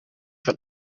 van